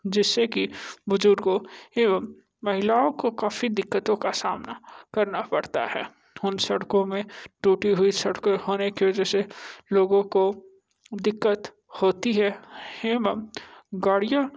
जिससे की बुजुर्गों एवं महिलाओं को काफ़ी दिक्कतों का सामना करना पड़ता है उन सड़कों में टूटी हुई सड़कें होने की वजह से लोगों को दिक्कत होती है एवं गाड़ियाँ